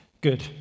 Good